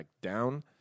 down